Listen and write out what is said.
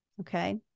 Okay